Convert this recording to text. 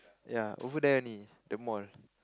ya over there only the mall